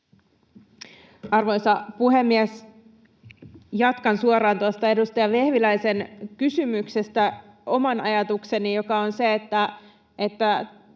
Arvoisa puhemies! Jatkan suoraan tuosta edustaja Vehviläisen kysymyksestä oman ajatukseni, joka on se, että